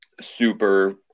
super